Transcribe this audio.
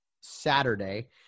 saturday